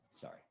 Sorry